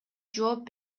жооп